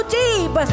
deep